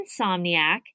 insomniac